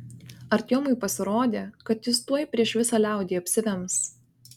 artiomui pasirodė kad jis tuoj prieš visą liaudį apsivems